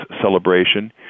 celebration